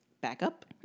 backup